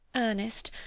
ernest,